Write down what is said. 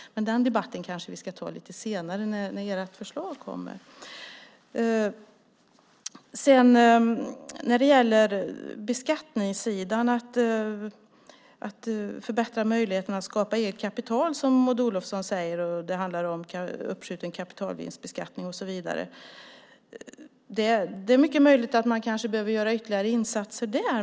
Men den debatten ska vi kanske ta lite senare när ert förslag kommer. När det gäller beskattningssidan och att förbättra möjligheten att skapa eget kapital, som Maud Olofsson säger, och uppskjuten kapitalvinstbeskattning och så vidare är det mycket möjligt att man behöver göra ytterligare insatser där.